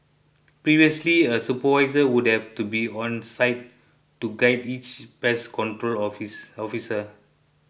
previously a supervisor would have to be on site to guide each pest control office officer